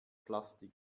plastik